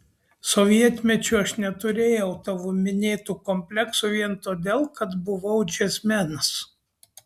sovietmečiu aš neturėjau tavo minėtų kompleksų vien todėl kad buvau džiazmenas